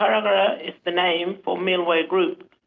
karawar the name for milwayi group.